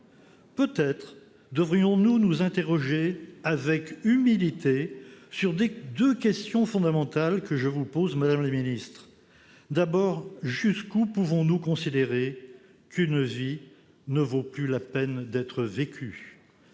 Peut-être devrions-nous nous interroger avec humilité sur deux questions fondamentales que je vous pose, madame la ministre ? D'abord, jusqu'où pouvons-nous considérer qu'une vie ne vaut plus la peine d'être vécue ?